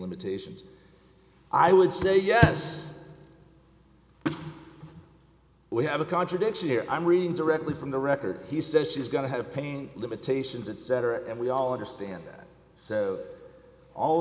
limitations i would say yes we have a contradiction here i'm reading directly from the record he says she's going to have pain limitations at center and we all understand that